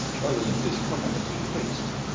roland's discomfort increased.